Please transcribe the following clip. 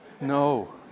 No